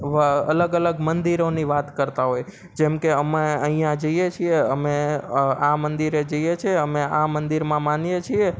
અલગ અલગ મંદિરોની વાત કરતાં હોય જેમકે અમે અહીંયા જઈએ છીએ અમે આ મંદિરે જઈએ છીએ અમે આ મંદિરમાં માનીએ છીએ